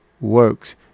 works